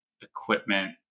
equipment